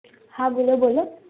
હા બોલો બોલો